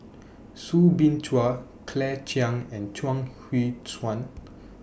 Soo Bin Chua Claire Chiang and Chuang Hui Tsuan